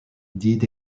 did